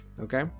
okay